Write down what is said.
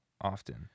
often